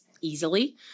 easily